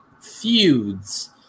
feuds